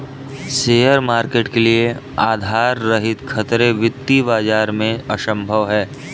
share market के लिये आधार रहित खतरे वित्तीय बाजार में असम्भव हैं